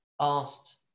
asked